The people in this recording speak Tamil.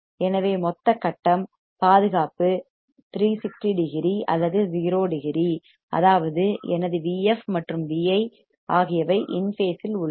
எனவே மொத்த கட்டம் பேஸ் phase பாதுகாப்பு 360 டிகிரி அல்லது 0 டிகிரி அதாவது எனது Vf மற்றும் Vi ஆகியவை இன் பேசில் உள்ளன